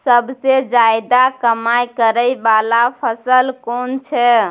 सबसे ज्यादा कमाई करै वाला फसल कोन छै?